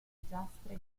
grigiastre